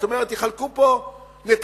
זאת אומרת שיחלקו פה נתחים.